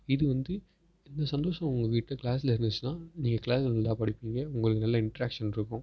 இது வந்து இந்த சந்தோசம் உங்கக்கிட்ட க்ளாஸில் இருந்துச்சுன்னா நீங்கள் க்ளாஸில் நல்லா படிப்பீங்க உங்களுக்கு நல்ல இன்ட்ராக்ஸன் இருக்கும்